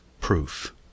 Proof